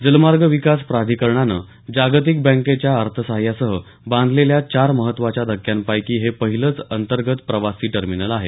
जलमार्ग विकास प्राधिकरणानं जागतिक बँकच्या अर्थसहाय्यासह बांधलेल्या चार महत्वाच्या धक्क्यांपैकी हे पहिलंच अंतर्गत प्रवासी टर्मिनल आहे